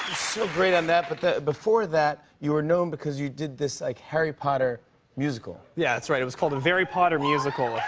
so great on that, but before that, you were known because you did this, like, harry potter musical. yeah, that's right. it was called a very potter musical,